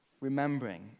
remembering